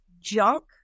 junk